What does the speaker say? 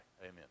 Amen